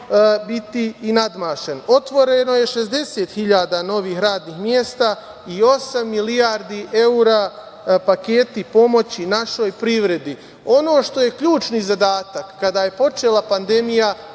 biti i nadmašen. Otvoreno je 60.000 novih radnih mesta i osam milijardi evra paketi pomoći našoj privredi. Ono što je ključni zadatak kada je počela pandemija